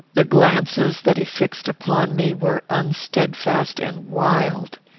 the glances that he fixed upon me were unsteadfast and wild.